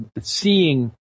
seeing